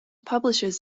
publishes